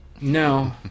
No